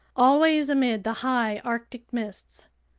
always amid the high arctic mists!